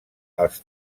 als